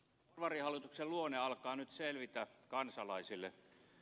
porvarihallituksen luonne alkaa nyt selvitä kansalaisille